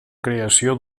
creació